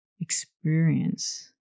experience